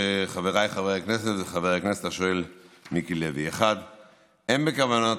חבריי חברי הכנסת וחבר הכנסת השואל מיקי לוי: 1. אין בכוונת